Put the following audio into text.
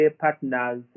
partners